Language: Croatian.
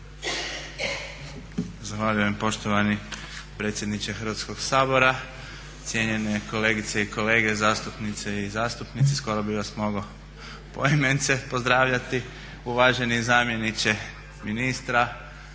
Zahvaljujem poštovani predsjedniče Hrvatskog sabora. Cijenjene kolegice i kolege zastupnice i zastupnici skoro bi vas mogao poimence pozdravljati. Uvaženi zamjeniče ministra